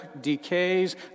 decays